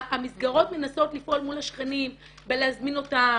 המסגרות מנסות לפעול מול השכנים בלהזמין אותם,